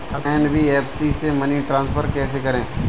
NBFC से money transfer कैसे करें?